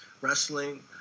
wrestling